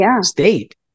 state